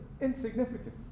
insignificant